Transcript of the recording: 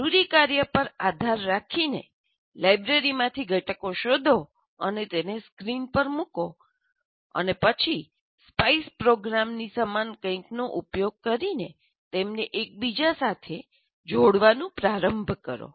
જરૂરી કાર્ય પર આધાર રાખીને લાઇબ્રેરીમાંથી ઘટકો શોધો અને તેને સ્ક્રીન પર મૂકો અને પછી સ્પાઇસ પ્રોગ્રામની સમાન કંઈકનો ઉપયોગ કરીને તેમને એકબીજા સાથે જોડવાનું પ્રારંભ કરો